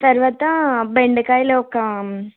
తర్వాత బెండకాయలు ఒక